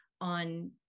on